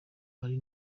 ari